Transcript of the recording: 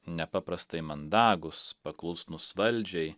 nepaprastai mandagūs paklusnūs valdžiai